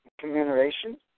commemoration